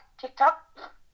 TikTok